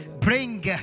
bring